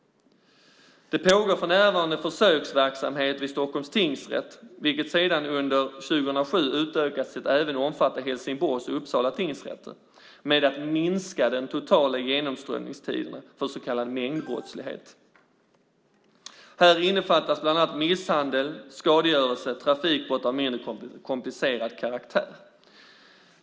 Det pågår för närvarande försöksverksamhet vid Stockholms tingsrätt, vilken sedan 2007 utökats till att även omfatta Helsingborgs och Uppsala tingsrätter, med att minska de totala genomströmningstiderna för så kallad mängdbrottslighet. Här innefattas bland annat misshandel, skadegörelse och trafikbrott av mindre komplicerad karaktär.